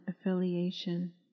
affiliation